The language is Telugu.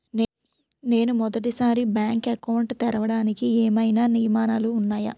నేను మొదటి సారి బ్యాంక్ అకౌంట్ తెరవడానికి ఏమైనా నియమాలు వున్నాయా?